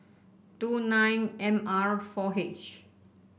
two nine M R four H